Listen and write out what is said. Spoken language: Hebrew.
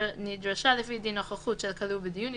(א)נדרשה לפי דין נוכחותו של כלוא בדיון,